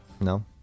No